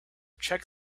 check